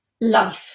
life